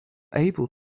able